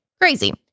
Crazy